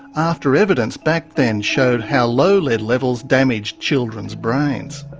after evidence back then showed how low lead levels damaged children's brains.